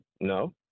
no